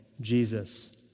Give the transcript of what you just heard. Jesus